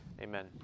Amen